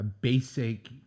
basic